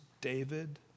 David